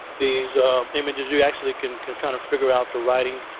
these images, you actually can can kind of figure out the writing.